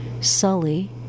sully